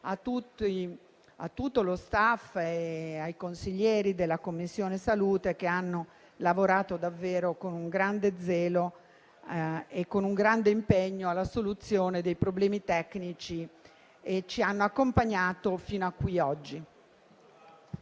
a tutto lo *staff* e ai consiglieri della Commissione affari sociali che hanno lavorato davvero con un grande zelo e con un grande impegno alla soluzione dei problemi tecnici e ci hanno accompagnato fino a qui oggi.